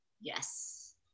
yes